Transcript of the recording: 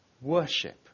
worship